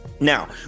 Now